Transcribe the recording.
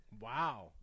Wow